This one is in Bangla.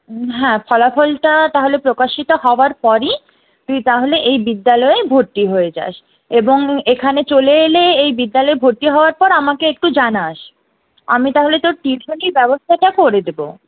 হ্যাঁ ফলাফলটা তাহলে প্রকাশিত হওয়ার পরই তুই তাহলে এই বিদ্যালয়ে ভর্তি হয়ে যাস এবং এখানে চলে এলে এই বিদ্যালয়ে ভর্তি হওয়ার পর আমাকে একটু জানাস আমি তাহলে তোর টিউশনের ব্যবস্থাটা করে দেবো